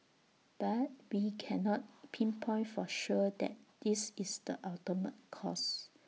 but we cannot pinpoint for sure that that is the ultimate cause